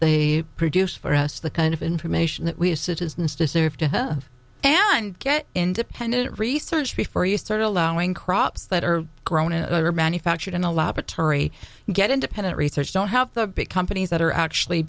they produce for us the kind of information that we as citizens deserve to her and get independent research before you start allowing crops that are grown and they were manufactured in a laboratory get independent research don't have the big companies that are actually